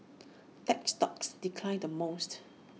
tech stocks declined the most